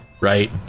right